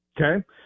Okay